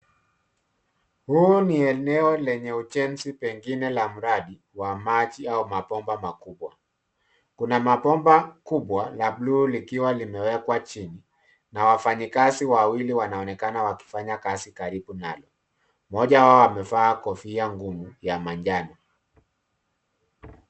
Hii ni eneo lenye ujenzi pengine la mradhi wa maji au mabomba makubwa. Kuna mabomba kubwa la blue likiwa limewekwa chini na wafanyikazi wawili wanaonekana wakifanya kazi karibu nalo. Mmoja wao amevaa kofia ngumu ya manjano.